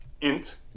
Int